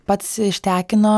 pats ištekino